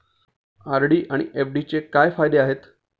RD आणि एफ.डीचे काय फायदे आहेत?